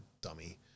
dummy